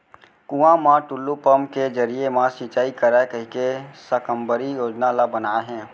कुँआ म टूल्लू पंप के जरिए म सिंचई करय कहिके साकम्बरी योजना ल बनाए हे